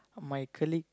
my colleague